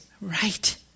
Right